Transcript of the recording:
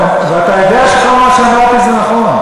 ואתה יודע שכל מה שאמרתי נכון.